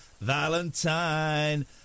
valentine